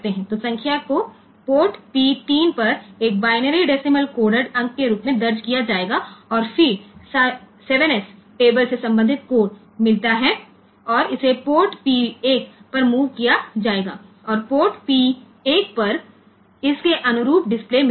तो संख्या को पोर्ट पी 3 पर एक बाइनरी डेसीमल कोडेड अंक के रूप में दर्ज किया जाएगा और फिर 7 एस टेबल से संबंधित कोड मिलता है और इसे पोर्टपी 1 पर MOV किया जायेगा और पोर्ट पी 1 पर इसके अनुरूप डिस्प्ले मिलता है